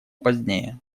позднее